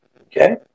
Okay